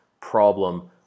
problem